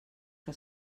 que